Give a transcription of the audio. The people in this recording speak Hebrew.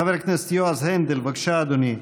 חבר הכנסת יועז הנדל, בבקשה, אדוני.